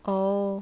oh